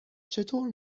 چطور